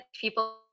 people